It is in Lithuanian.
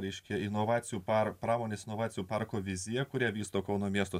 ryški inovacijų par pramonės inovacijų parko vizija kurią vysto kauno miesto